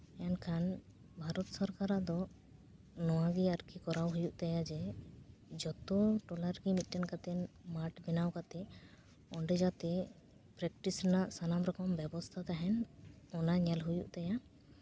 ᱢᱮᱱᱠᱷᱟᱱ ᱵᱷᱟᱨᱚᱛ ᱥᱚᱨᱠᱟᱨᱟᱜ ᱫᱚ ᱱᱚᱣᱟᱜᱮ ᱟᱨᱠᱤ ᱠᱚᱨᱟᱣ ᱦᱩᱭᱩᱜ ᱛᱟᱭᱟ ᱡᱮ ᱡᱚᱛᱚᱱ ᱴᱚᱞᱟ ᱨᱮᱜᱮ ᱢᱤᱫᱴᱮᱱ ᱠᱟᱛᱮ ᱢᱟᱴᱷ ᱵᱮᱱᱟᱣ ᱠᱟᱛᱮ ᱚᱸᱰᱮ ᱡᱟᱛᱮ ᱯᱨᱮᱠᱴᱤᱥ ᱨᱮᱱᱟᱜ ᱥᱟᱱᱟᱢ ᱨᱚᱠᱚᱢ ᱵᱮᱵᱚᱥᱛᱷᱟ ᱛᱟᱦᱮᱱ ᱚᱱᱟ ᱧᱮᱞ ᱦᱩᱭᱩᱜ ᱛᱟᱭᱟ